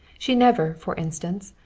she never, for instance,